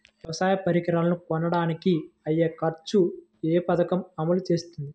వ్యవసాయ పరికరాలను కొనడానికి అయ్యే ఖర్చు ఏ పదకము అమలు చేస్తుంది?